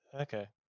okay